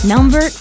Number